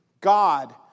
God